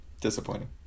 Disappointing